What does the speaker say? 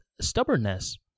stubbornness